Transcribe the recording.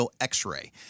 x-ray